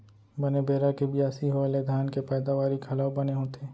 बने बेरा के बियासी होय ले धान के पैदावारी घलौ बने होथे